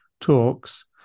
talks